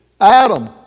Adam